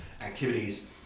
activities